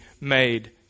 made